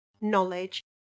knowledge